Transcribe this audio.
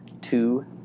two